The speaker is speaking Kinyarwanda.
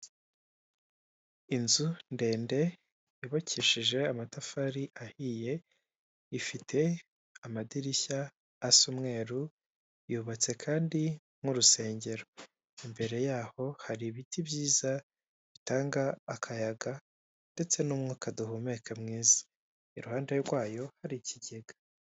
Inzu ndende yubakishije amatafari ahiye ifite amadirishya asa umweru yubatse kandi nk'urusengero imbere yaho hari ibiti byiza bitanga akayaga ndetse n'umwuka duhumeka mwiza iruhande rwayo hari ikigega.